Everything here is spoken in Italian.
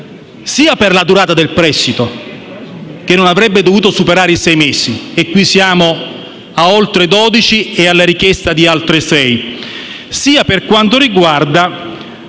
sia per la durata del prestito, che non avrebbe dovuto superare i sei mesi (mentre qui siamo a oltre dodici e alla richiesta di altri sei), sia per quanto riguarda